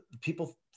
people